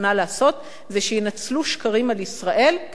שינצלו שקרים על ישראל כדי להשמיץ אותה.